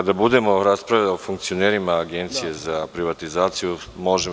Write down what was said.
Kada budemo raspravljali o funkcionerima Agencije za privatizaciju možemo